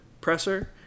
presser